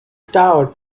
tower